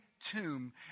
tomb